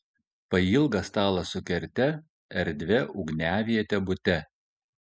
pailgas stalas su kerte erdvia ugniaviete bute